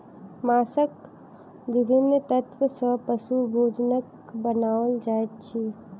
माँछक विभिन्न तत्व सॅ पशु भोजनक बनाओल जाइत अछि